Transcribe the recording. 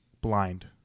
Blind